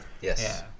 Yes